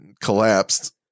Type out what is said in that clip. collapsed